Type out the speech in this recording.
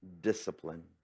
discipline